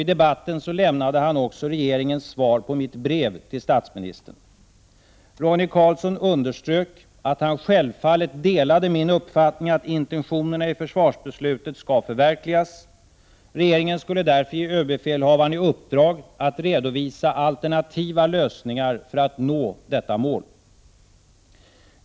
I debatten lämnade han också regeringens svar på mitt brev till statsministern. Roine Carlsson underströk att han självfallet delade min uppfattning att intentionerna i försvarsbeslutet skall förverkligas. Regeringen skulle därför ge överbefälhavaren i uppdrag att redovisa alternativa lösningar för att nå detta mål.